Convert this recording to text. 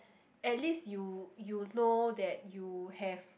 at least you you know that you have